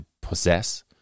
possess